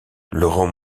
laurent